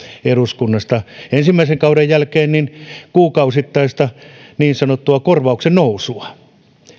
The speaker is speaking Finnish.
eduskunnasta ensimmäisen kauden jälkeen kuukausittaista niin sanottua korvauksen nousua